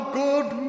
good